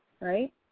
right